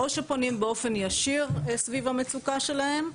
או שפונים באופן ישיר סביב המצוקה שלהם,